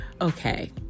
Okay